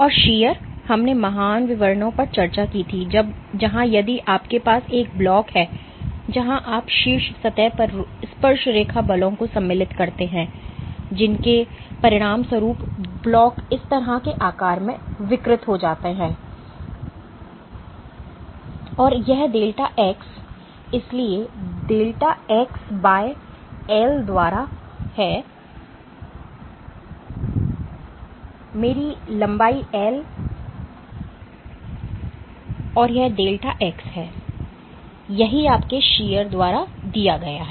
और शीयर हमने महान विवरणों पर चर्चा की थी जहां यदि आपके पास एक ब्लॉक है जहां आप शीर्ष सतह पर स्पर्शरेखा बलों को सम्मिलित करते हैं जिसके परिणामस्वरूप ब्लॉक इस तरह के आकार में विकृत हो जाता है और यह डेल्टा x इसलिए डेल्टा x l द्वारा है मेरी लंबाई l और यह डेल्टा x है यही आपके शीयर द्वारा दिया गया है